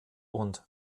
und